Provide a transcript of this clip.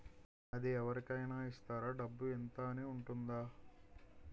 అది అవరి కేనా ఇస్తారా? డబ్బు ఇంత అని ఉంటుందా?